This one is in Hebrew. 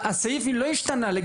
הסעיף משתנה כל פעם תוך כדי.